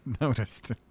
noticed